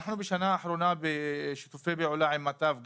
אנחנו בשנה האחרונה בשיתופי פעולה עם מטב גם,